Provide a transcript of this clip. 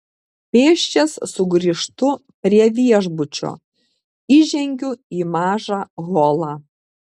pėsčias sugrįžtu prie viešbučio įžengiu į mažą holą